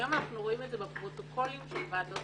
היום אנחנו רואים את זה בפרוטוקולים של ועדות